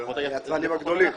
לפחות היצרנים הגדולים.